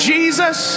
Jesus